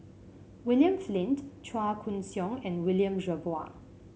William Flint Chua Koon Siong and William Jervois